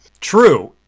True